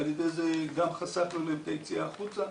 ועל ידי זה גם חסכנו מהם את היציאה החוצה.